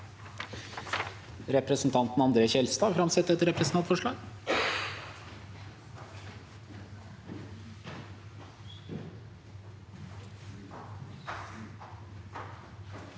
Representanten André N. Skjelstad vil framsette et representantforslag.